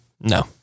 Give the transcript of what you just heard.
No